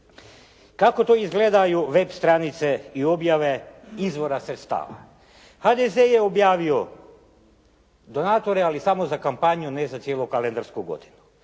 Kako to izgledaju web stranice i objave izvora sredstava? HDZ je objavio donatore, ali samo za kampanju ne za cijelu kalendarsku godinu.